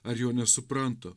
ar jo nesupranta